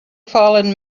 fallen